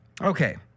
Okay